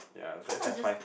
cause I was just